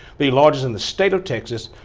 the largest in the state of texas,